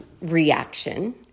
reaction